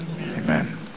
amen